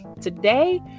today